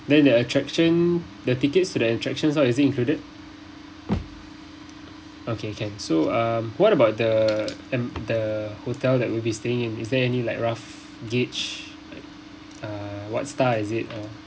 then the attraction the tickets to the attractions all is it included okay can so um what about the and the hotel that will be staying in is there any like rough gauge like uh what star is it all